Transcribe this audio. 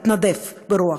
התנדף ברוח.